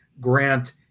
Grant